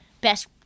best